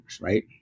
Right